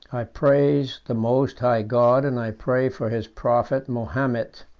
i praise the most high god, and i pray for his prophet mahomet.